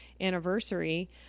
anniversary